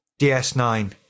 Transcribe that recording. DS9